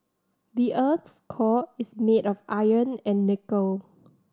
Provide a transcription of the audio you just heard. the earth's core is made of iron and nickel